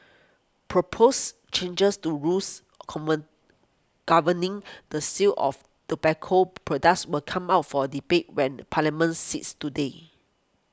proposed changes to rules common governing the sale of tobacco products will come up for a debate when Parliament sits today